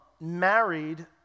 married